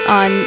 on